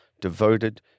devoted